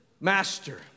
master